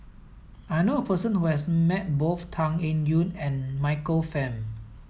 I know a person who has met both Tan Eng Yoon and Michael Fam